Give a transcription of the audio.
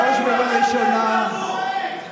בראש ובראשונה,